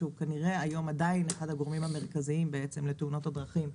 שהוא כנראה היום עדיין אחד הגורמים המרכזיים לתאונות הדרכים.